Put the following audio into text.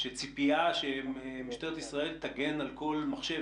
שציפייה שמשטרת ישראל תגן על כל מחשב